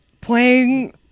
playing